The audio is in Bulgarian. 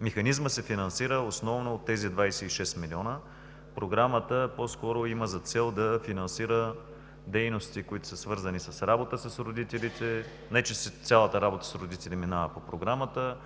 Механизмът се финансира основно от тези 26 милиона – Програмата по-скоро има за цел да финансира дейностите, които са свързани с работа с родителите, не че цялата работа с родители минава по Програмата,